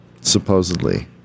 supposedly